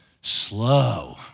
slow